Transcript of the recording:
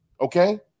Okay